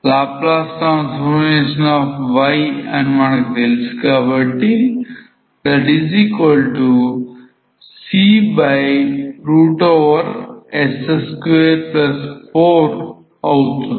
⇒zLycs24అవుతుంది